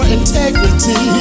integrity